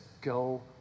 go